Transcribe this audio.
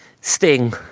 sting